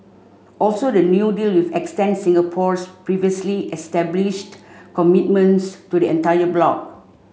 also the new deal extend Singapore's previously established commitments to the entire bloc